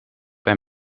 bij